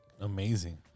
Amazing